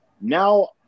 now